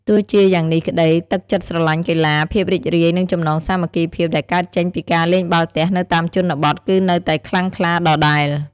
ទោះជាយ៉ាងនេះក្ដី ទឹកចិត្តស្រឡាញ់កីឡា ភាពរីករាយ និងចំណងសាមគ្គីភាពដែលកើតចេញពីការលេងបាល់ទះនៅតាមជនបទគឺនៅតែខ្លាំងក្លាដដែល។